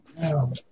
Now